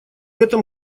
этом